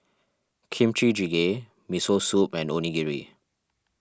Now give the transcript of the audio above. Kimchi Jjigae Miso Soup and Onigiri